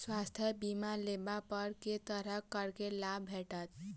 स्वास्थ्य बीमा लेबा पर केँ तरहक करके लाभ भेटत?